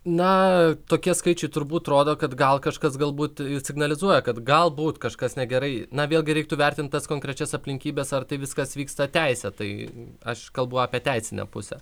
na tokie skaičiai turbūt rodo kad gal kažkas galbūt signalizuoja kad galbūt kažkas negerai na vėlgi reiktų vertint tas konkrečias aplinkybes ar tai viskas vyksta teisėtai aš kalbu apie teisinę pusę